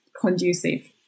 conducive